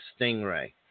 Stingray